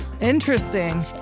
Interesting